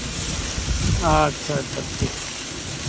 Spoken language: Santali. ᱟᱪᱪᱷᱟ ᱟᱪᱷᱟ ᱴᱷᱤᱠ ᱴᱷᱤᱠ